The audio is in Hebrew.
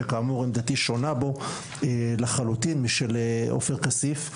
שכאמור דעתי שונה בו לחלוטין משל עופר כסיף,